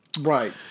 Right